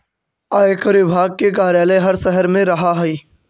आयकर विभाग के कार्यालय हर शहर में रहऽ हई